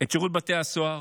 את שירות בתי הסוהר